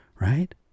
right